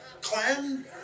Clan